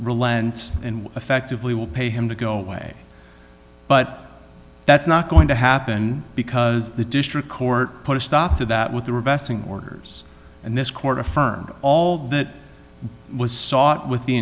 relent and effectively will pay him to go away but that's not going to happen because the district court put a stop to that with the revestive orders and this court affirmed all that was sought with the